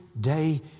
day